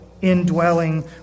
indwelling